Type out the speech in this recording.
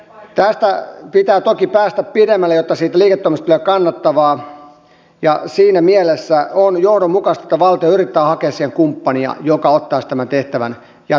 tästä pitää toki päästä pidemmälle jotta siitä liiketoiminnasta tulee kannattavaa ja siinä mielessä on johdonmukaista että valtio yrittää hakea siihen kumppania joka ottaisi tämän tehtävän jatkossa hoitaakseen